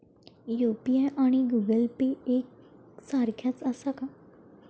UPI आणि Google Pay एक सारख्याच आसा?